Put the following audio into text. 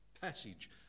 passage